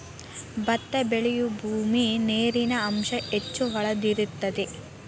ಬತ್ತಾ ಬೆಳಿಯುಬೂಮಿ ನೇರಿನ ಅಂಶಾ ಹೆಚ್ಚ ಹೊಳದಿರತೆತಿ